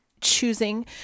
choosing